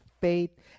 faith